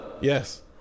Yes